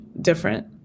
different